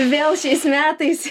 vėl šiais metais